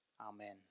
Amen